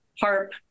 HARP